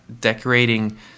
decorating